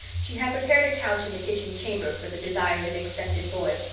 she had prepared a couch in the kitchen chamber for the desired and expected boy.